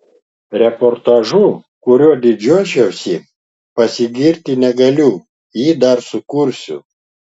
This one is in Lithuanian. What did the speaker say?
reportažu kuriuo didžiuočiausi pasigirti negaliu jį dar sukursiu